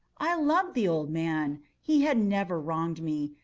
i loved the old man. he had never wronged me.